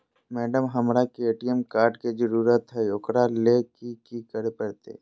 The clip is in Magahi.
मैडम, हमरा के ए.टी.एम कार्ड के जरूरत है ऊकरा ले की की करे परते?